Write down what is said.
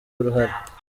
uruhare